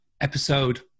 episode